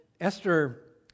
Esther